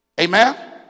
Amen